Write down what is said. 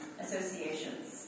associations